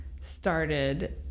started